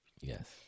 Yes